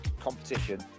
competition